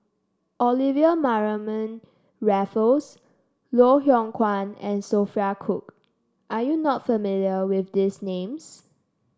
Olivia Mariamne Raffles Loh Hoong Kwan and Sophia Cooke are you not familiar with these names